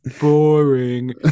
boring